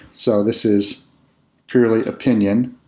so this is truly opinion.